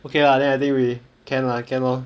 okay lah then I think we can lah can lor